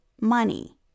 money